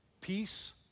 Peace